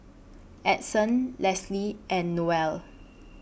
Edson Lesley and Noelle